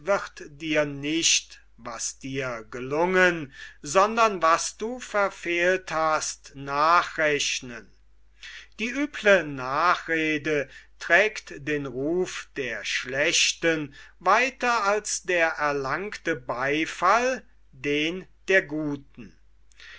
dir nicht was dir gelungen sondern was du verfehlt hast nachrechnen die üble nachrede trägt den ruf der schlechten weiter als der erlangte beifall den der guten